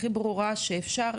הכי ברורה שאפשר,